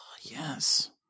yes